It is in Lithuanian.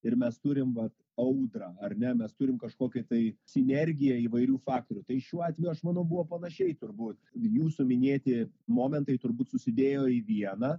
ir mes turim vat audrą ar ne mes turim kažkokią tai sinergiją įvairių faktorių tai šiuo atveju aš manau buvo panašiai turbūt jūsų minėti momentai turbūt susidėjo į vieną